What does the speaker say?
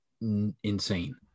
insane